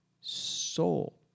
soul